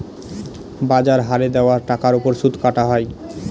বাজার হারে দেওয়া টাকার ওপর সুদ কাটা হয়